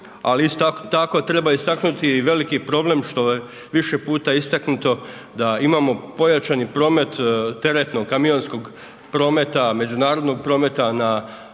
ali isto tako treba istaknuti i veliki problem što je više puta istaknuto da imamo pojačani promet teretnog kamionskog prometa, međunarodnog prometa na našim